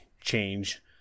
change